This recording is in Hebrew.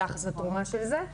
ביחס לתרומה של זה.